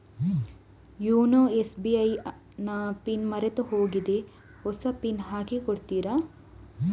YONO SBI ನ PIN ಮರ್ತೋಗಿದೆ ಹೊಸ ಪಿನ್ ಹಾಕಿ ಕೊಡ್ತೀರಾ?